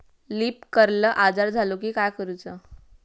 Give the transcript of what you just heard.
Leaf curl आजार झालो की काय करूच?